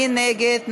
מי נגד?